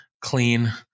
clean